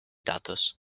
datos